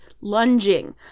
lunging